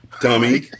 Dummy